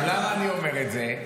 למה אני אומר את זה?